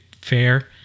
fair